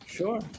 Sure